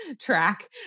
track